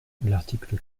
l’article